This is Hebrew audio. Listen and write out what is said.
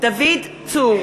דוד צור,